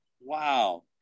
wow